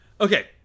Okay